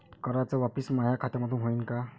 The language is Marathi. कराच वापसी माया खात्यामंधून होईन का?